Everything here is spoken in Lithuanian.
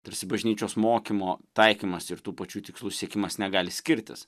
tarsi bažnyčios mokymo taikymas ir tų pačių tikslų siekimas negali skirtis